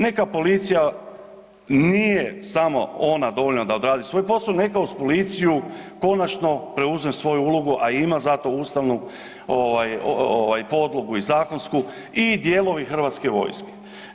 Neka policija nije samo ona dovoljna da odradi svoj posao nego uz policiju konačno preuzme svoju ulogu, a ima za to ustavnu podlogu i zakonsku i dijelovi Hrvatske vojske.